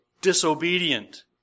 disobedient